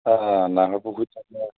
অঁ নাহৰ পুখুৰী টাইপ